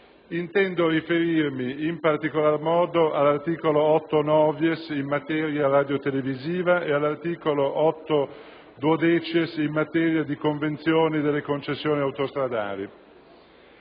Intendo riferirmi in particolar modo all'articolo 8-*novies* in materia radiotelevisiva e all'articolo 8-*duodecies* in materia di convenzioni delle concessioni autostradali.